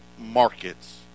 markets